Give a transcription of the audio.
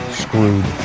screwed